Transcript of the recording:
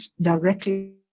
directly